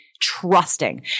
trusting